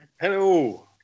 Hello